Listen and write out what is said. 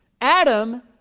Adam